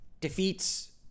defeats